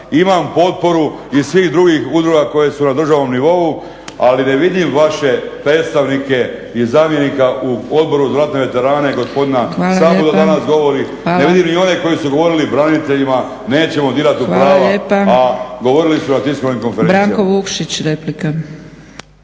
imam potporu iz svih drugih udruga koje su na državnom nivou ali ne vidim vaše predstavnike i zamjenika u Odboru za ratne veterane gospodina Sabu da danas govori ne vidim ni one koji su govorili braniteljima nećemo dirati u prava, a govorili su na tiskovnim konferencijama.